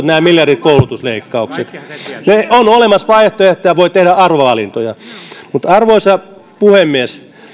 nämä miljardikoulutusleikkaukset on olemassa vaihtoehtoja voi tehdä arvovalintoja arvoisa puhemies